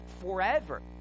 forever